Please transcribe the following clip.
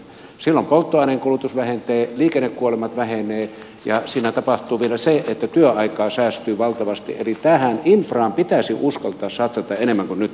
silloin polttoaineen kulutus vähenee liikennekuolemat vähenevät ja siinä tapahtuu vielä se että työaikaa säästyy valtavasti eli infraanhan pitäisi uskaltaa satsata enemmän kuin nyt on satsattu